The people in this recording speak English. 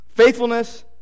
Faithfulness